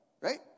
right